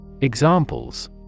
Examples